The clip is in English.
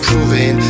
Proven